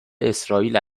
اسرائیل